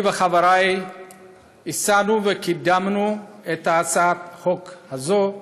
אני וחברי הצענו וקידמנו את הצעת החוק הזאת,